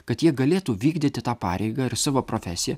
kad jie galėtų vykdyti tą pareigą ir savo profesiją